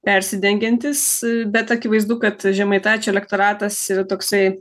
persidengiantys bet akivaizdu kad žemaitaičio elektoratas yra toksai